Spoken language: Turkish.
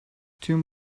tüm